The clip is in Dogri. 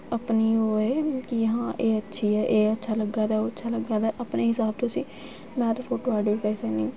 अपनी ओह् ऐ कि हां एह् अच्छी ऐ एह् अच्छा लग्गा दा ओह् अच्छा लग्गा दा अपने स्हाब तुस जैदा फोटू ऐडिट करी सकने